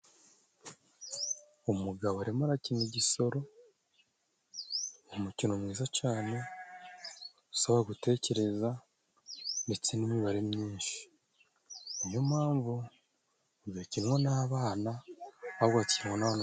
Umugabo arimo arakina igisoro, umukino mwiza cyane, usaba gutekereza, ndetse n'imibare myinshi. Ni yo mpamvu, udakinwa n'abana ,ahubwo ugakinwa n'abantu